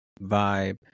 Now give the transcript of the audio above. vibe